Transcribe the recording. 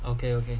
okay okay